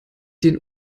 den